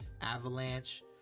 avalanche